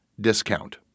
discount